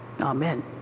Amen